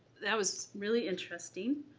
that was really interesting.